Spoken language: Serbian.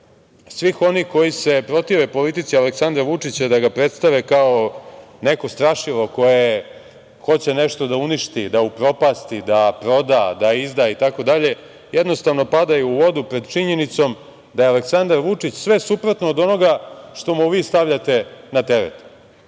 svih oni koji se protive politici Aleksandra Vučića da ga predstave kao neko strašilo koje hoće nešto da uništi, da upropasti, da proda, da izda, itd, jednostavno padaju u vodu pred činjenicom da je Aleksandar Vučić sve suprotno od onoga što mu vi stavljate na teret.